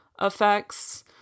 effects